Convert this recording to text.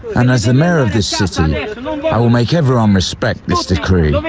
and as the mayor of this city, i will make everyone respect this decree.